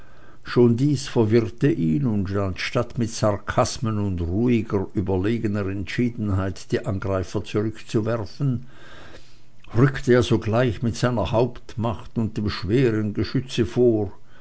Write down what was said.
schon dies verwirrte ihn und anstatt mit sarkasmen und ruhiger überlegener entschiedenheit die angreifer zurückzuwerfen rückte er sogleich mit seiner hauptmacht und dem schweren geschütze vor